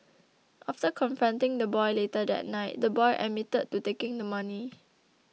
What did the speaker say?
after confronting the boy later that night the boy admitted to taking the money